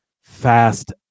fast